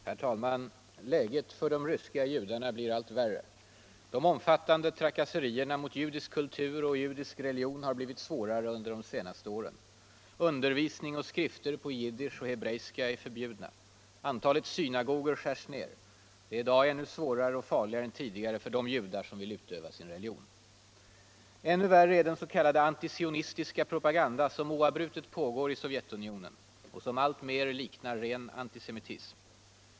Herr talman! Läget för de ryska judarna blir allt värre. De omfattande trakasserierna mot judisk kultur och judisk religion har blivit svårare under de senaste åren. Undervisning och skrifter på jiddisch och hebreiska är förbjudna. Antalet synagoger skärs ner. Det är i dag ännu svårare och farligare än tidigare för judar som vill utöva sin religion. Ännu värre är den s.k. antisionistiska propaganda som oavbrutet pågår i Sovjetunionen och som alltmer liknar ren antisemitism.